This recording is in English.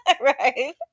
Right